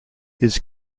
his